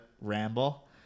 ramble